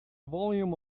volume